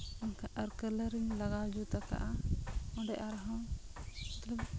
ᱚᱱᱠᱟ ᱟᱨ ᱠᱟᱞᱟᱨᱮᱢ ᱞᱟᱜᱟᱣ ᱡᱩᱛ ᱟᱠᱟᱜᱼᱟ ᱚᱸᱰᱮ ᱟᱨᱦᱚᱸ